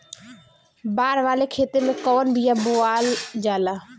बाड़ वाले खेते मे कवन बिया बोआल जा?